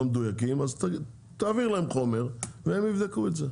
מדויקים אז תעביר להם חומר והם יבדקו את זה.